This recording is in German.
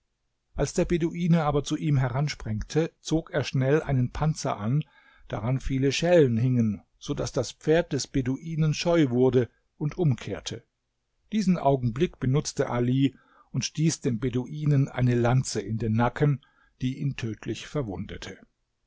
als der beduine aber zu ihm heransprengte zog er schnell einen panzer an daran viele schellen hingen so daß das pferd des beduinen scheu wurde und umkehrte diesen augenblick benutzte ali und stieß dem beduinen eine lanze in den nacken die ihn tödlich verwundete